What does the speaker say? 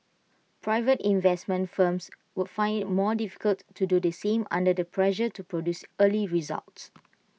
private investment firms would find IT more difficult to do the same under the pressure to produce early results